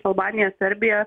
albanija serbija